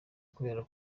kubera